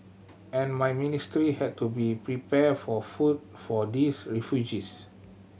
and my ministry had to be prepare for food for these refugees